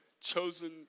Chosen